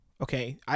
Okay